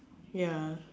ya